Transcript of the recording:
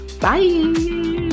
Bye